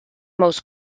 most